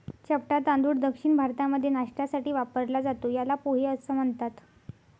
चपटा तांदूळ दक्षिण भारतामध्ये नाष्ट्यासाठी वापरला जातो, याला पोहे असं म्हणतात